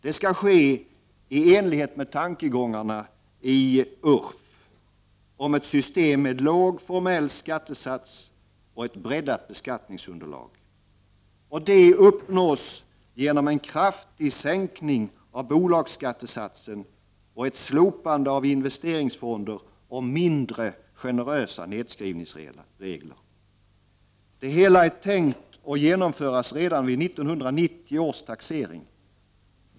Det skall ske i enlighet med tankegångarna i URF om ett system med låg formell skattesats och ett breddat beskattningsunderlag. Detta uppnås genom en kraftig sänkning av bolagsskattesatsen samt ett slopande av investeringsfonder och mindre generösa nedskrivningsregler. Det hela är tänkt att genomföras redan vid 1990 års taxering.